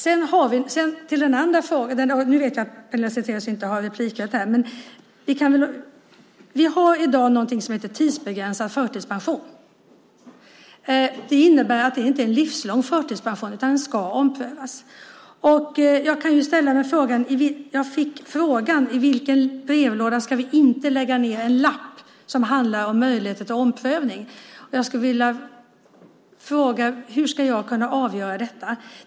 Det var en fråga till - jag vet att Pernilla Zethraeus inte har rätt till ytterligare inlägg. Vi har i dag någonting som heter tidsbegränsad förtidspension. Det innebär att det inte är en livslång förtidspension utan att den ska omprövas. Jag fick frågan i vilken brevlåda vi inte ska lägga en lapp som handlar om möjligheter till omprövning. Jag skulle vilja fråga: Hur ska jag kunna avgöra detta?